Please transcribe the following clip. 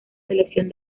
selección